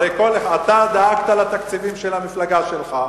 אתה דאגת לתקציבים של המפלגה שלך.